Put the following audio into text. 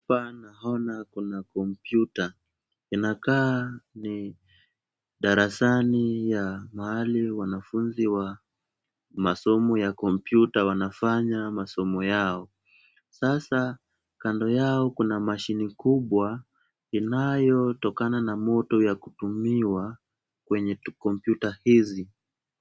Hapa naona kuna kompyuta. Inakaa ni darasani ya mahali wanafunzi wa masomo ya kompyuta wanafanya masomo yao. Sasa kando yao kuna mashine kubwa inayotokana na moto ya kutumiwa kwenye tukompyuta hizi.